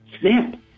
Snap